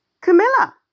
Camilla